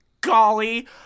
golly